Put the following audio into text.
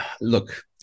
look